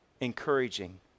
encouraging